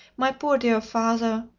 my poor dear father!